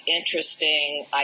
interesting